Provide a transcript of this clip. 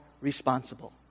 responsible